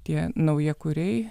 tie naujakuriai